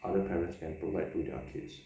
other parents can provide to their kids